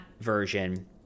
version